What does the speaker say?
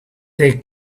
take